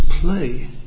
play